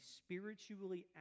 spiritually